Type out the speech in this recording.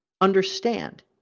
understand